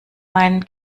meinen